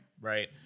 Right